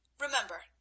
Remember